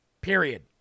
period